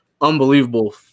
unbelievable